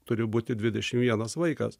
turi būti dvidešim vienas vaikas